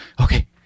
okay